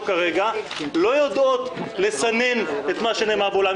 כרגע לא יודעות לסנן את מה שנאמר באולם.